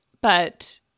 But-